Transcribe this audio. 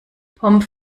pommes